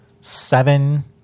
seven